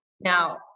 Now